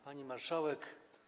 Pani Marszałek!